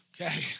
Okay